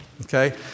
Okay